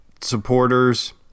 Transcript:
supporters